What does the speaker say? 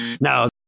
No